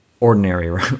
Ordinary